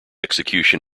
execution